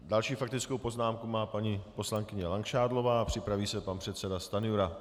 Další faktickou poznámku má paní poslankyně Langšádlová a připraví se pan předseda Stanjura.